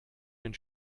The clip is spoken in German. den